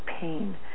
pain